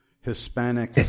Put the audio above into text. Hispanic